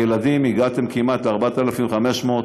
והגעתם כמעט ל-4,500 ש"ח,